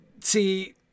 See